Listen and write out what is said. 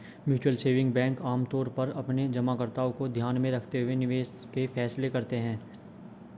mutual saving bank आमतौर पर अपने जमाकर्ताओं को ध्यान में रखते हुए निवेश के फैसले करते हैं